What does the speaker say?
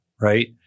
right